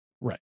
Right